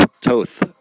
Toth